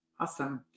Awesome